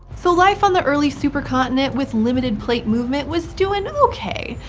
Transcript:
so life on the early supercontinent, with limited plate movement, was doing okay.